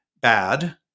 bad